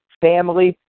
family